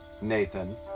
Nathan